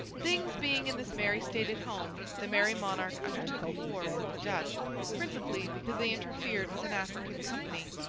things being in this merry state at home, the merry monarch undertook a war with the dutch principally because they interfered with an african company,